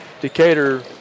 Decatur